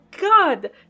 god